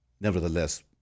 nevertheless